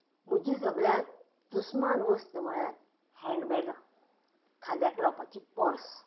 म्हजी सगळ्यांत दुस्मान वस्त म्हळ्यार हेन्ड बेगां खांद्याक लावपाची पर्स